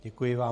Děkuji vám.